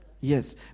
Yes